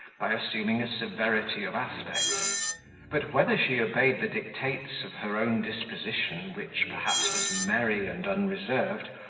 by assuming a severity of aspect but whether she obeyed the dictates of her own disposition, which, perhaps, was merry and unreserved,